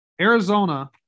Arizona –